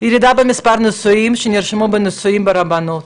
ירידה במספר הנישאים שנרשמו לנישואים ברבנות.